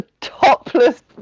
topless